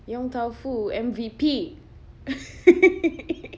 yong tau foo M_V_P